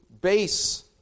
base